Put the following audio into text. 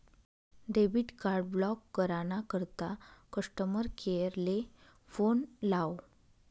debit card block करा ना करता कस्टमर केअर ले फोन लावो